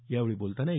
यावेळी बोलतांना ए